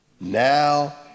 Now